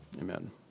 Amen